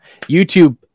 YouTube